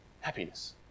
happiness